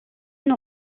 une